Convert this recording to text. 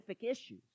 issues